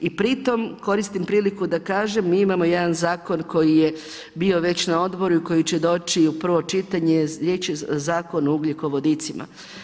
I pritom koristim priliku da kažem mi imamo jedan zakon koji je bio već na odboru i koji će doći u prvo čitanje, riječ je o Zakonu o ugljikovodicima.